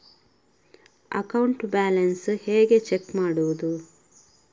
Account balance ಹೇಗೆ check ಮಾಡುವುದು?